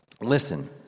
Listen